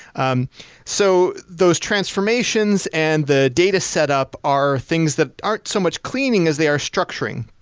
um so those transformations and the data set up are things that aren't so much cleaning as they are structuring.